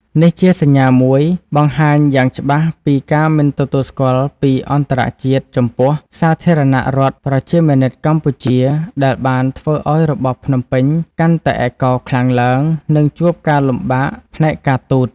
នេះជាសញ្ញាមួយបង្ហាញយ៉ាងច្បាស់ពីការមិនទទួលស្គាល់ពីអន្តរជាតិចំពោះ សាធារណរដ្ឋប្រជាមានិតកម្ពុជាដែលបានធ្វើឱ្យរបបភ្នំពេញកាន់តែឯកោខ្លាំងឡើង និងជួបការលំបាកផ្នែកការទូត។